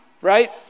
right